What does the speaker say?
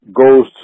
goes